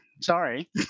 sorry